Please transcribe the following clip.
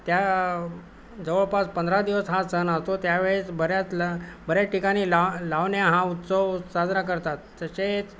त्या जवळपास पंधरा दिवस हा सण असतो त्यावेळेस बऱ्याच ल बऱ्याच ठिकाणी लाव लावण्या हा उत्सव साजरा करतात तसेच